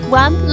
one